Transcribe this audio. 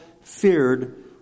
feared